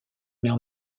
mer